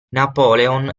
napoleon